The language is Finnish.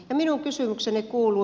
minun kysymykseni kuuluu